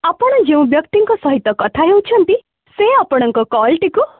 ଆପଣ ଯେଉଁ ବ୍ୟକ୍ତିଙ୍କ ସହିତ କଥା ହେଉଛନ୍ତି ସେ ଆପଣଙ୍କ କଲ୍ଟିକୁ